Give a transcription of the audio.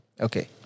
Okay